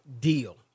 deal